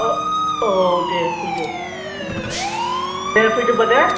औ दे फैदो दे फैदो होनबा दे